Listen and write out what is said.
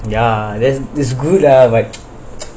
ya then it's good lah but